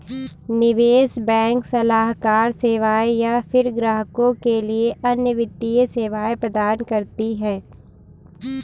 निवेश बैंक सलाहकार सेवाएँ या फ़िर ग्राहकों के लिए अन्य वित्तीय सेवाएँ प्रदान करती है